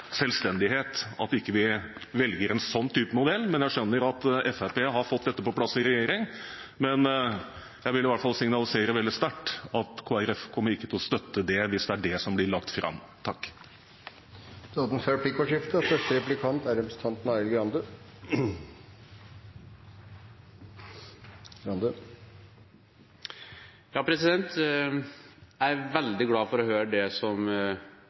vi ikke en slik modell. Jeg skjønner at Fremskrittspartiet har fått dette på plass i regjering, men jeg vil i hvert fall signalisere veldig sterkt at Kristelig Folkeparti kommer ikke til å støtte det, hvis det er det som blir lagt fram. Det blir replikkordskifte. Jeg er veldig glad for å høre det Bekkevold gir uttrykk for på slutten. Jeg skjønner at han er med på en avtale som begynner å